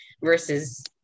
versus